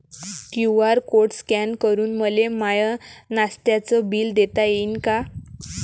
QR code scan करून मले माय नास्त्याच बिल देता येईन का?